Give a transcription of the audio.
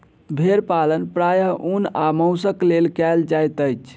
भेड़ पालन प्रायः ऊन आ मौंसक लेल कयल जाइत अछि